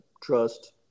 trust